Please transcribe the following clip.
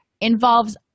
involves